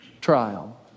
trial